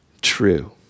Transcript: true